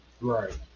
right